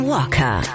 Walker